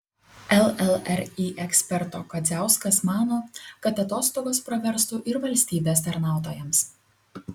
llri eksperto kadziauskas mano kad atostogos praverstų ir valstybės tarnautojams